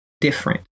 different